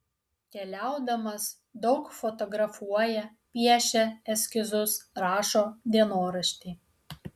keliaudamas daug fotografuoja piešia eskizus rašo dienoraštį